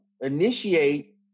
initiate